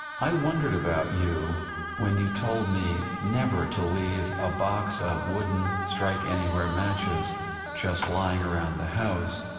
i wondered about you when you told me never to leave a box of wooden strike-anywhere matches just lying around the house,